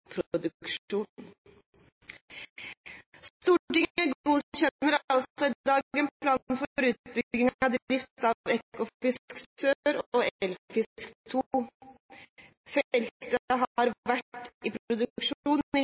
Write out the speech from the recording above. Stortinget godkjenner altså i dag en plan for utbygging og drift av Ekofisk sør og Eldfisk II. Feltene har vært i produksjon